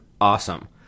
Awesome